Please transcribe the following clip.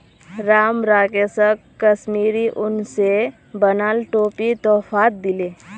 राम राकेशक कश्मीरी उन स बनाल टोपी तोहफात दीले